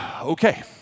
Okay